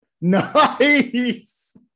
Nice